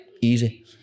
Easy